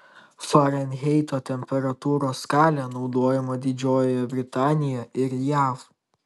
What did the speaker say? farenheito temperatūros skalė naudojama didžiojoje britanijoje ir jav